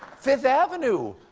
fifth avenue.